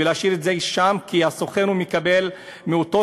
ולהשאיר את זה שם כי הסוכן מקבל מאותו